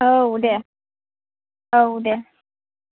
औ दे औ दे